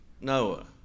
Noah